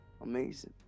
Amazing